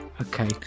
Okay